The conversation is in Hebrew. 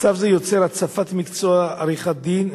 מצב זה יוצר הצפת מקצוע עריכת-הדין,